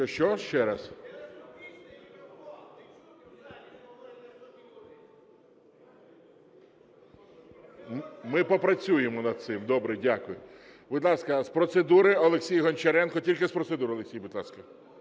Ще раз. Ми попрацюємо над цим. Добре. Дякую. Будь ласка, з процедури – Олексій Гончаренко. Тільки з процедури, Олексій, будь ласка.